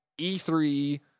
E3